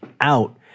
out